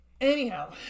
Anyhow